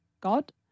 God